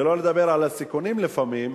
שלא לדבר על הסיכונים לפעמים,